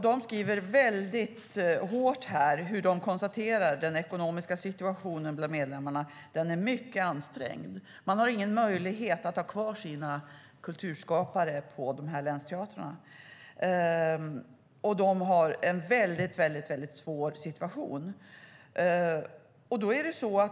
De skriver väldigt hårt och konstaterar att den ekonomiska situationen bland medlemmarna är mycket ansträngd. Man har ingen möjlighet att ha kvar sina kulturskapare på länsteatrarna. De har en väldigt svår situation.